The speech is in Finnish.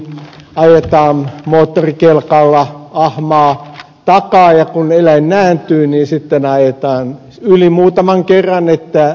ajetaan moottorikelkalla ahmaa takaa ja kun eläin nääntyy niin sitten ajetaan yli muutaman kerran niin että se menehtyy